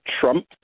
Trump